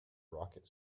rocket